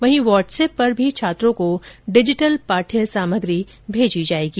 वहीं वाट्सएप पर भी छात्रों को डिजिटल पाठ्य सामग्री भेजी जाएगी